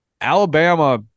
Alabama